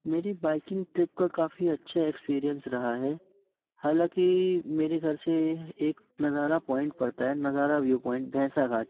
मेरी biking trip का काफ़ी अच्छा एक्स्पीरेंस रहा है हालाँकि कि मेरे से ये एक नज़ारा पॉइंट पड़ता है नज़ारा व्यू पॉइंट भैंसाघाट